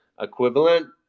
equivalent